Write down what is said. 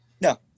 No